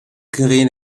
green